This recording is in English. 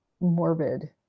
morbid